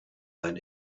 sein